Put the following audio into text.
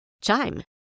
Chime